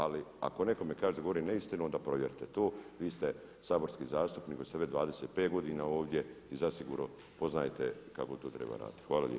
Ali ako nekome kažete da govori neistinu onda provjerite to, vi ste saborski zastupnik koji ste već 25 godina ovdje i zasigurno poznajte kako to treba raditi.